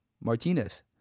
Martinez